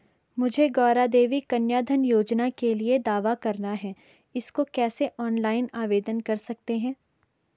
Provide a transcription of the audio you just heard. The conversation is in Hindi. मुझे गौरा देवी कन्या धन योजना के लिए दावा करना है इसको कैसे ऑनलाइन आवेदन कर सकते हैं?